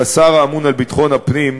כשר האמון על ביטחון הפנים,